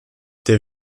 der